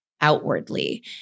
outwardly